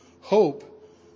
hope